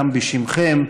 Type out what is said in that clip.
גם בשמכם,